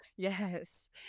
Yes